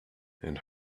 and